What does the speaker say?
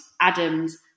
Adam's